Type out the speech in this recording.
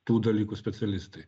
tų dalykų specialistai